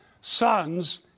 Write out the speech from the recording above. Sons